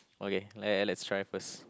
okay let let's try first